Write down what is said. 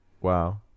wow